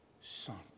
son